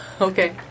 Okay